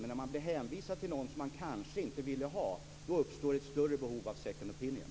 Men när patienterna blir hänvisade till någon som de kanske inte vill ha uppstår ett större behov av second opinion.